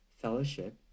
fellowship